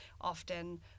often